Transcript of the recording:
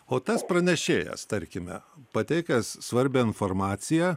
o tas pranešėjas tarkime pateikęs svarbią informaciją